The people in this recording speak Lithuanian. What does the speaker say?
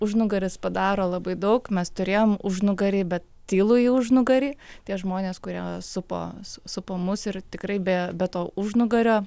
užnugaris padaro labai daug mes turėjom užnugarį bet tylųjį užnugarį tie žmonės kurie supo supo mus ir tikrai be be to užnugario